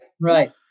right